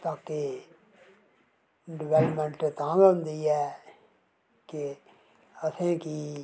ताकि डवैलमैंट तां गै होंदी ऐ के असेंगी